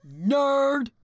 Nerd